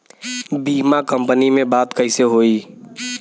बीमा कंपनी में बात कइसे होई?